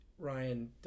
Ryan